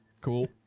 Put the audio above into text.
Cool